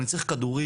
אני צריך כדורים,